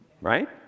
Right